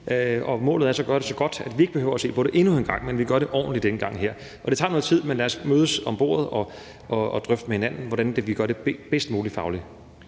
Målet er så at gøre det så godt, at vi ikke behøver at se på det endnu en gang, men at vi gør det ordentligt den her gang. Det tager noget tid, men lad os mødes omkring bordet og drøfte med hinanden, hvordan vi gør det fagligt